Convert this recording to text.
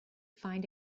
find